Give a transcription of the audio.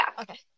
Okay